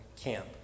Camp